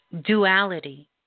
duality